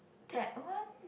that one